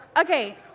Okay